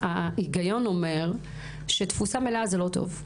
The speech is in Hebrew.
ההיגיון אומר שתפוסה מלאה זה לא טוב.